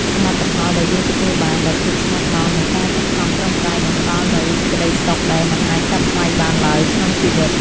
សមិទ្ធផលដែលយើងទទួលបានដោយភាពស្មោះត្រង់និងការខិតខំប្រឹងប្រែងនឹងផ្តល់នូវសេចក្តីសុខដែលមិនអាចកាត់ថ្លៃបានឡើយក្នុងជីវិត។